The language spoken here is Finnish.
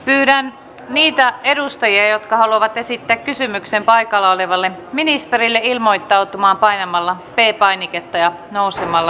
pyydän niitä edustajia jotka haluavat esittää kysymyksen paikalla olevalle ministerille ilmoittautumaan painamalla p painiketta ja nousemalla seisomaan